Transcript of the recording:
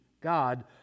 God